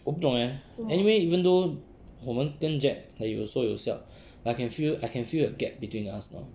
我不懂 eh anyway even though 我们跟 jack 有说有笑 I can feel I can feel a gap between us now